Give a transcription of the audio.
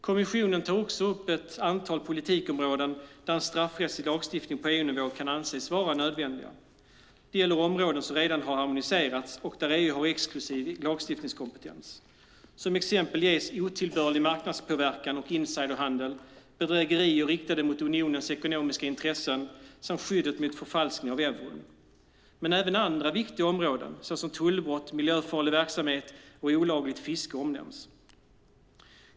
Kommissionen tar också upp ett antal politikområden där en straffrättslig lagstiftning på EU-nivå kan anses vara nödvändig. Detta gäller områden som redan har harmoniserats och där EU har exklusiv lagstiftningskompetens. Som exempel ges otillbörlig marknadspåverkan och insiderhandel, bedrägerier riktade mot unionens ekonomiska intressen samt skyddet mot förfalskning av euron. Men även andra viktiga områden, såsom tullbrott, miljöfarlig verksamhet och olagligt fiske omnämns.